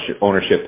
ownership